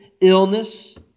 illness